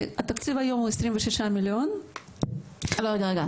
התקציב היום הוא 26,000,000. רגע, רגע.